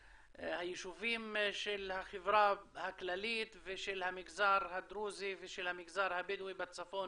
היישובים של החברה הכללית ושל המגזר הדרוזי ושל המגזר הבדואי בצפון